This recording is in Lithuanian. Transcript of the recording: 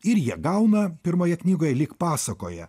ir jie gauna pirmoje knygoje lyg pasakoje